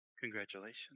congratulations